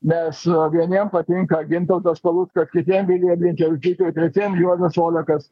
nes vieniem patinka gintautas paluckas kitiem vilija blinkevičiūtė o tretiem juozas olekas